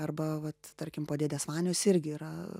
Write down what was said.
arba vat tarkim po dėdės vanios irgi yra